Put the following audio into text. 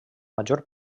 major